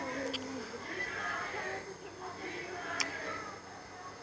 आर्थिक सेबा वित्त उद्योगो द्वारा देलो जाय छै